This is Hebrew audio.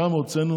שם הוצאנו